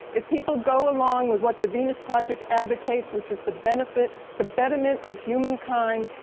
if people go along with what the venus project advocates which is the benefit, the betterment of human kind,